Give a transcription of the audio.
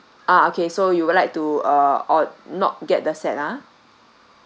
ah okay so you would like to uh or not get the set ah